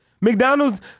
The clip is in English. McDonald's